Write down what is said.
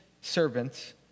servants